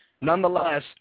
Nonetheless